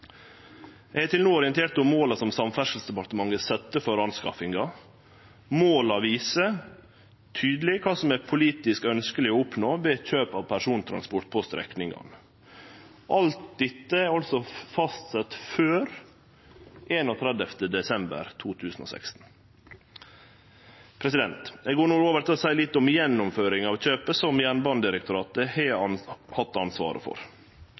Eg har til no orientert om måla som Samferdselsdepartementet sette for anskaffinga. Måla viser tydeleg kva som er politisk ønskjeleg å oppnå ved kjøp av persontransport på strekninga. Alt dette var altså fastsett før 31. desember 2016. Eg går no over til å seie litt om gjennomføringa av kjøpet som Jernbanedirektoratet har hatt ansvaret for.